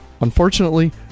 Unfortunately